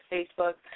Facebook